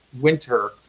winter